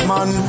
Man